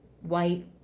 white